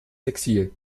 exil